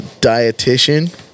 Dietitian